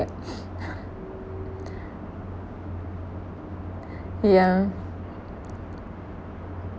yeah